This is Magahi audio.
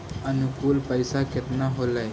अनुकुल पैसा केतना होलय